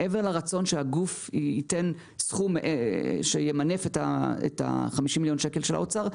מעבר לרצון שהגוף ייתן סכום שימנף את 50 מיליון השקלים של האוצר,